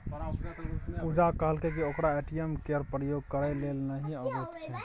पुजा कहलकै कि ओकरा ए.टी.एम केर प्रयोग करय लेल नहि अबैत छै